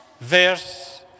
verse